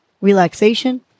relaxation